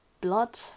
blood